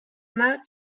mât